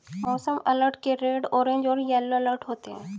मौसम अलर्ट के red orange और येलो अलर्ट होते हैं